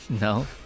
No